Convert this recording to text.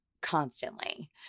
Constantly